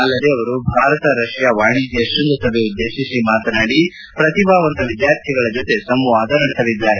ಅಲ್ಲದೆ ಅವರು ಭಾರತ ರಷ್ಯಾ ವಾಣಿಜ್ಯ ಶ್ವಂಗಸಭೆ ಉದ್ದೇಶಿಸಿ ಮಾತನಾದಿ ಪ್ರತಿಭಾವಂತ ವಿದ್ಯಾರ್ಥಿಗಳ ಜೊತೆ ಸಂವಾದ ನಡೆಸಲಿದ್ದಾರೆ